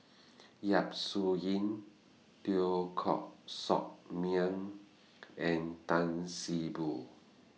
Yap Su Yin Teo Koh Sock Miang and Tan See Boo